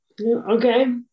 Okay